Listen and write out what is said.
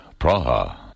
Praha